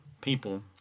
People